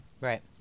Right